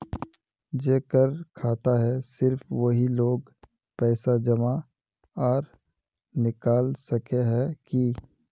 जेकर खाता है सिर्फ वही लोग पैसा जमा आर निकाल सके है की?